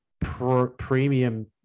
premium